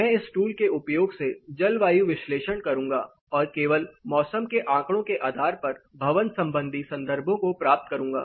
मैं इस टूल के उपयोग से जलवायु विश्लेषण करूंगा और केवल मौसम के आंकड़ों के आधार पर भवन संबंधी संदर्भों को प्राप्त करूंगा